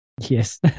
Yes